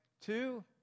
Two